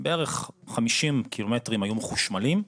בערך 50 קילומטרים היו מחושמלים,